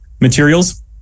materials